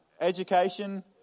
education